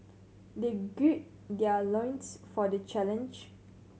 they gird their loins for the challenge